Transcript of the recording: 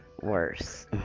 worse